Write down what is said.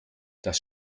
das